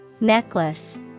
Necklace